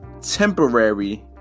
temporary